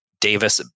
Davis